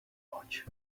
watch